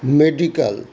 medical